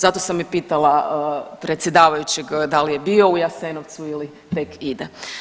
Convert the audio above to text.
Zato sam i pitala predsjedavajućeg da li je bio u Jasenovcu ili tek ide.